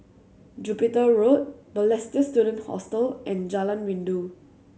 Jupiter Road Balestier Student Hostel and Jalan Rindu